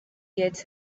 gets